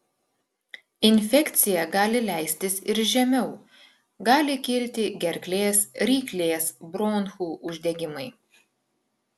infekcija gali leistis ir žemiau gali kilti gerklės ryklės bronchų uždegimai